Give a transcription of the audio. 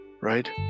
right